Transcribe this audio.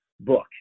book